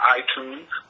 iTunes